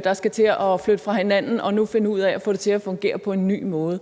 der skal til at flytte fra hinanden og nu finde ud af at få det til at fungere på en ny måde.